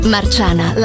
Marciana